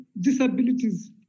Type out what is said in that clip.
disabilities